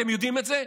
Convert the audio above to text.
אתם יודעים את זה?